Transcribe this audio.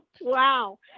Wow